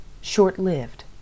short-lived